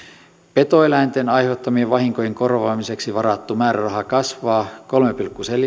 petoeläinten aiheuttamien vahinkojen korvaamiseksi varattu määräraha kasvaa kolme pilkku